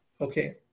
okay